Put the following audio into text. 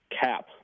cap